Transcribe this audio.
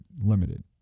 limited